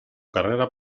carrera